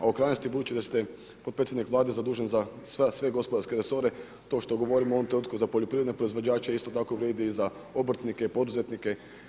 A u krajnosti budući da ste potpredsjednik Vlade zadužen za sve gospodarske resore, to što govorim u ovom trenutku za poljoprivredne proizvođače isto tako vrijedi i za obrtnike i poduzetnike.